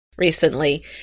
Recently